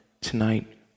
tonight